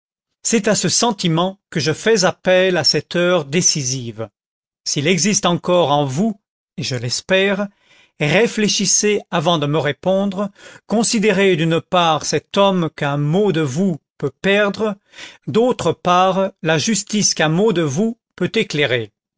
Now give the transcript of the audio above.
c'est à ce sentiment que je fais appel à cette heure décisive s'il existe encore en vous et je l'espère réfléchissez avant de me répondre considérez d'une part cet homme qu'un mot de vous peut perdre d'autre part la justice qu'un mot de vous peut éclairer